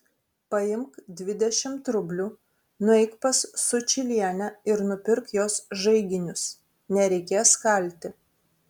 paimk dvidešimt rublių nueik pas sučylienę ir nupirk jos žaiginius nereikės kalti